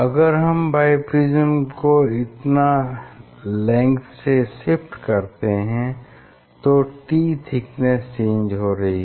अगर हम बाइप्रिज्म को इतना लेंग्थ से शिफ्ट करते हैं तो t थिकनेस चेंज हो रही है